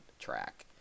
track